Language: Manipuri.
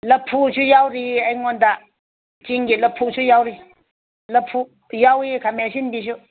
ꯂꯐꯨꯁꯨ ꯌꯥꯎꯔꯤ ꯑꯩꯉꯣꯟꯗ ꯆꯤꯡꯒꯤ ꯂꯐꯨꯁꯨ ꯌꯥꯎꯔꯤ ꯂꯐꯨ ꯌꯥꯎꯏ ꯈꯥꯃꯦꯟ ꯑꯁꯤꯟꯕꯤꯁꯨ